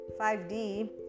5D